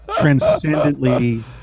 transcendently